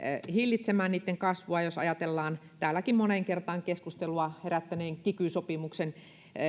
hillitsemään niitten kasvua ja jos ajatellaan täälläkin moneen kertaan keskustelua herättäneen kiky sopimuksen